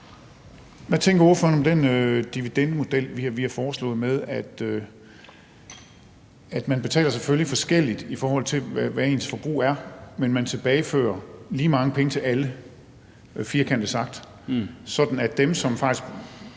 Hvad tænker ordføreren om den dividendemodel, vi har foreslået, om, at man selvfølgelig betaler forskelligt, i forhold til hvad ens forbrug er, men at man tilbagefører lige mange penge til alle – firkantet sagt – sådan at dem, som faktisk